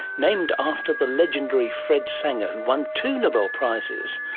named after the legendary fred sanger who won two nobel prizes.